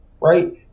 right